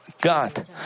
God